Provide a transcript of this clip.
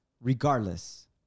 regardless